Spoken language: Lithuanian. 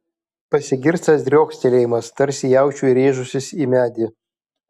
pasigirsta driokstelėjimas tarsi jaučiui rėžusis į medį